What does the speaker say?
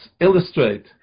illustrate